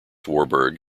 warburg